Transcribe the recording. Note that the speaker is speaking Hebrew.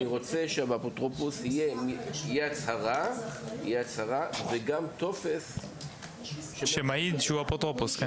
אני רוצה שבאפוטרופוס תהיה הצהרה וגם טופס שמעיד שהוא האפוטרופוס.